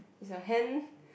is your hand